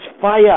fire